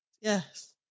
Yes